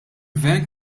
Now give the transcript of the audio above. gvern